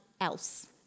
else